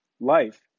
life